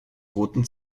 roten